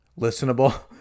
listenable